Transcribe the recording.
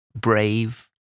brave